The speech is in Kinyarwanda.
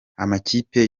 amakipe